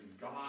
God